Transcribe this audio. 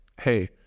hey